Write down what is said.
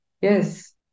yes